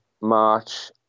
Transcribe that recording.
March